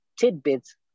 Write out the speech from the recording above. tidbits